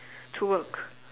to work